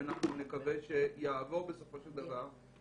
שנקווה שיעבור בסופו של דבר,